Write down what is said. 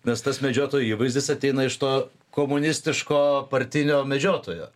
nes tas medžiotojo įvaizdis ateina iš to komunistiško partinio medžiotojo